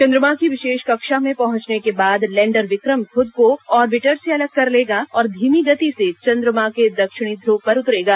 चंद्रमा की विशेष कक्षा में पहुंचने के बाद लैंडर विक्रम खुद को ऑर्बिटर से अलग कर लेगा और धीमी गति से चंद्रमा के दक्षिणी ध्रुव पर उतरेगा